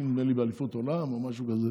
לא מנסור עבאס ולא זה.